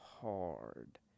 Hard